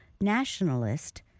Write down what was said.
nationalist